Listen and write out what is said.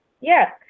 Yes